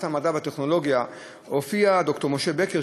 המדע והטכנולוגיה הופיע ד"ר משה בקר,